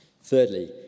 Thirdly